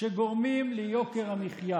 שגורמים ליוקר המחיה.